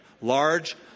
Large